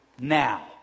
now